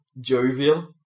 jovial